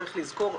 צריך לזכור,